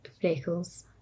Freckles